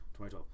2012